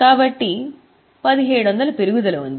కాబట్టి 1700 పెరుగుదల ఉంది